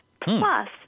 Plus